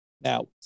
Now